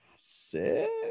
six